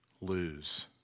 lose